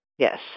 Yes